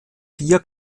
vier